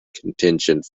contingent